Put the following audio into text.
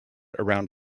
around